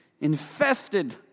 infested